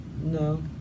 No